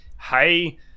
Hey